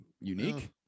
unique